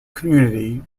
community